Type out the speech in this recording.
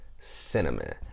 cinnamon